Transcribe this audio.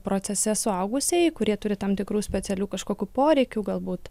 procese suaugusieji kurie turi tam tikrų specialių kažkokių poreikių galbūt